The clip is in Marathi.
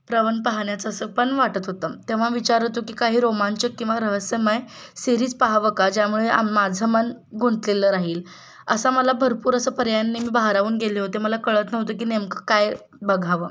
रवन पाहण्याचं असं पण वाटत होतं तेव्हा विचार येतो की काही रोमांचक किंवा रहस्यमय सिरीज पहावं का ज्यामुळे आम माझं मन गुंतलेलं राहील असं मला भरपूर असं पर्यायाने मी भारावून गेले होते मला कळत नव्हतं की नेमकं काय बघावं